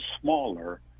smaller